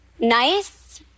nice